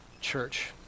Church